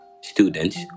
Students